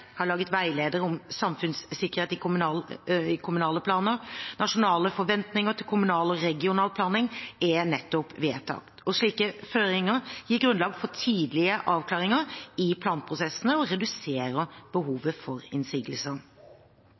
har laget veiledere om samfunnssikkerhet i kommunale planer. Nasjonale forventninger til kommunal og regional planlegging er nettopp vedtatt. Slike føringer gir grunnlag for tidlige avklaringer i planprosessene og reduserer behovet for innsigelser.